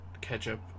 ketchup